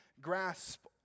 grasp